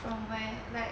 from where like